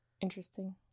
Interesting